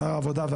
שר העבודה.